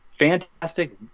Fantastic